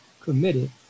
committed